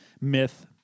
myth